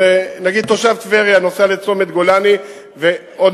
ונניח שתושב טבריה נוסע לצומת-גולני ועוד